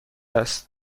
است